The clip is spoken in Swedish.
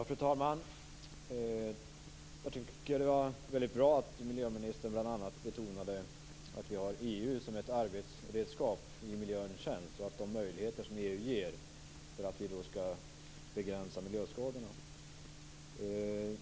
Fru talman! Det var väldigt bra att miljöministern bl.a. betonade att vi har EU som ett arbetsredskap i miljöns tjänst och de möjligheter som EU ger för att vi skall kunna begränsa miljöskadorna.